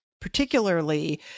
particularly